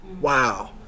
Wow